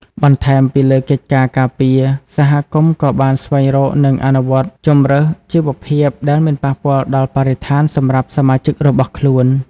បន្ថែមពីលើកិច្ចការការពារ សហគមន៍ក៏បានស្វែងរក និងអនុវត្តជម្រើសជីវភាពដែលមិនប៉ះពាល់ដល់បរិស្ថានសម្រាប់សមាជិករបស់ខ្លួន។